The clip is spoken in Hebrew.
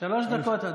שלוש דקות,